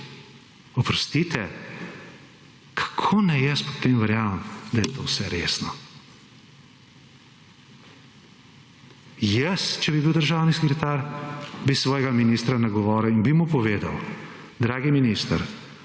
Oprostite, kako naj jaz potem verjamem, da je to vse res. Jaz, če bi bil državni sekretar bi svojega ministra nagovoril in bi mu povedal, dragi minister,